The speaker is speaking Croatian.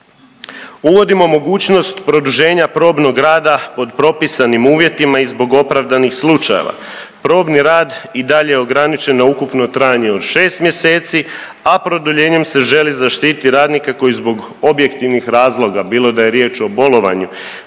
Uvodimo mogućnost produženja probnog rada pod propisanim uvjetima i zbog opravdanih slučajeva. Probni rad i dalje je ograničen na ukupno trajanje od 6 mjeseci, a produljenjem se želi zaštiti radnika koji zbog objektivnih razloga, bilo da je riječ o bolovanju,